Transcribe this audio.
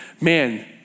man